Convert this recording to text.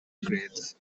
grades